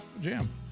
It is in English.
Jam